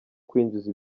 kwinjiza